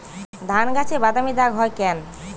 ধানগাছে বাদামী দাগ হয় কেন?